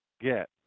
get